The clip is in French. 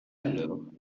alors